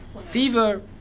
fever